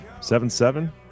Seven-seven